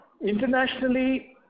Internationally